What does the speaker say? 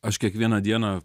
aš kiekvieną dieną